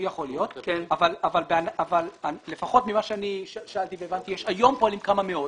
יכול להיות אבל לפחות ממה שאני שאלתי והבנתי היום פועלים כמה מאות.